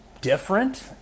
different